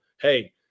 hey